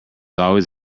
always